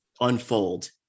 unfold